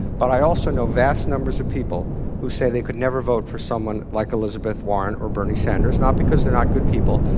but i also know vast numbers of people who say they could never vote for someone like elizabeth warren or bernie sanders, not because they're not good people,